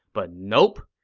but nope.